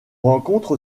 rencontre